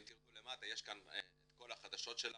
אם נרד למטה יש את כל החדשות שלנו.